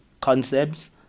concepts